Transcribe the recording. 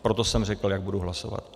Proto jsem řekl, jak budu hlasovat.